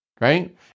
right